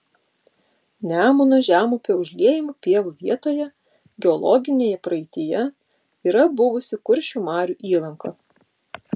nemuno žemupio užliejamų pievų vietoje geologinėje praeityje yra buvusi kuršių marių įlanka